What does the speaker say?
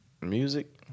Music